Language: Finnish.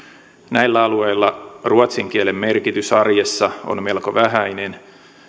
näillä alueilla ruotsin kielen merkitys arjessa on melko vähäinen